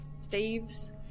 staves